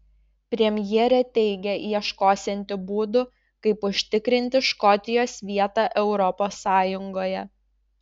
premjerė teigia ieškosianti būdų kaip užtikrinti škotijos vietą europos sąjungoje